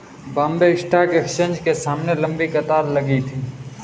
Bombay Stock Exchange के सामने लंबी कतार लगी थी